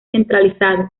centralizado